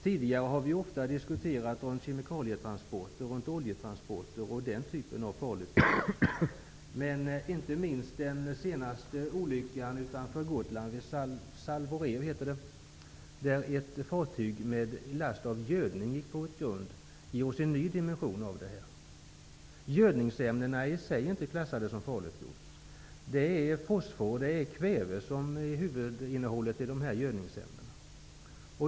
Tidigare har vi diskuterat farligt gods av typen kemikalie och oljetransporter. Men inte minst den senaste olyckan vid Salvorev utanför Gotland där ett fartyg lastat med gödningsmedel gick på grund ger oss en ny dimension. Gödningsämnena i sig är inte klassade som farligt gods. Fosfor och kväve är huvudinnehållet i dessa gödningsämnen.